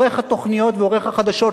עורך התוכניות ועורך החדשות,